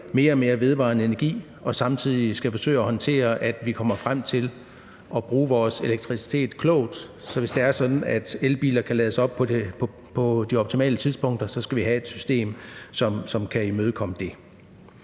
mere og mere vedvarende energi, og samtidig skal vi forsøge at håndtere det, så vi kommer frem til at bruge vores elektricitet klogt. Så hvis det skal være sådan, at elbiler kan lades op på de optimale tidspunkter, skal vi have et system, som kan imødekomme det.